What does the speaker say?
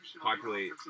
populate